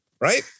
right